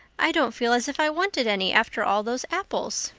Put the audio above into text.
i don't feel as if i wanted any after all those apples.